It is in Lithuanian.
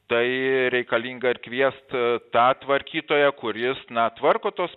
tai reikalinga ir kviest tą tvarkytoją kuris na tvarko tuos